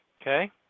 okay